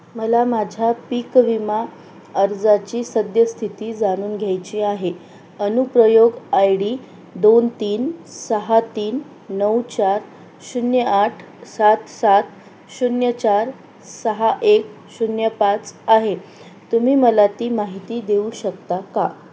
मला माझ्या पीक विमा अर्जाची सद्यस्थिती जाणून घ्यायची आहे अनुप्रयोग आय डी दोन तीन सहा तीन नऊ चार शून्य आठ सात सात शून्य चार सहा एक शून्य पाच आहे तुम्ही मला ती माहिती देऊ शकता का